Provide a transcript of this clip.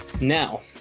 Now